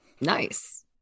Nice